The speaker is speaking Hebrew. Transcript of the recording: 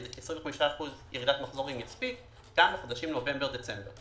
ש-25% ירידת מחזורים יספיק גם לחודשים נובמבר-דצמבר.